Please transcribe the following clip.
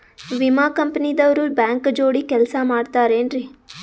ವಿಮಾ ಕಂಪನಿ ದವ್ರು ಬ್ಯಾಂಕ ಜೋಡಿ ಕೆಲ್ಸ ಮಾಡತಾರೆನ್ರಿ?